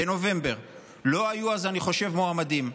אני חושב שאז לא היו מועמדים.